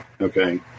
Okay